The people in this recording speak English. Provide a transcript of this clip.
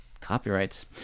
copyrights